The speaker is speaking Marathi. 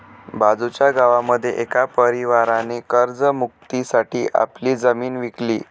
बाजूच्या गावामध्ये एका परिवाराने कर्ज मुक्ती साठी आपली जमीन विकली